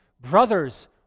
Brothers